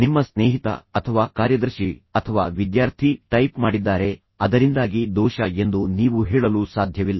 ನಿಮ್ಮ ಸ್ನೇಹಿತ ಅಥವಾ ಕಾರ್ಯದರ್ಶಿ ಅಥವಾ ವಿದ್ಯಾರ್ಥಿ ಟೈಪ್ ಮಾಡಿದ್ದಾರೆ ಅದರಿಂದಾಗಿ ದೋಷ ಎಂದು ನೀವು ಹೇಳಲು ಸಾಧ್ಯವಿಲ್ಲ